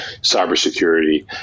cybersecurity